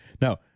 Now